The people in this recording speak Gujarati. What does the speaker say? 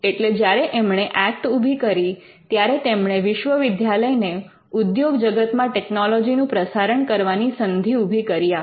એટલે જ્યારે એમણે ઍક્ટ ઊભી કરી ત્યારે તેમણે વિશ્વવિદ્યાલયને ઉદ્યોગ જગતમાં ટેકનોલોજીનું પ્રસારણ કરવાની સંધિ ઊભી કરી આપી